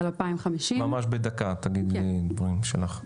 2050. ממש בדקה תגידי את הדברים שלך.